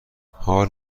حال